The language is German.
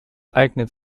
eignet